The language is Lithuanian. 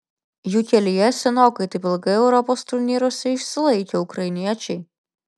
jų kelyje senokai taip ilgai europos turnyruose išsilaikę ukrainiečiai